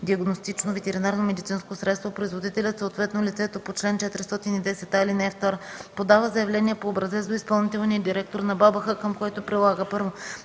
диагностично ветеринарномедицинско средство производителят, съответно лицето по чл. 410а, ал. 2 подава заявление по образец до изпълнителния директор на БАБХ, към което прилага: 1.